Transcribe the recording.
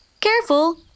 Careful